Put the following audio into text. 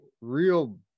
real